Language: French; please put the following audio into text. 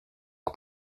que